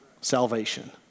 Salvation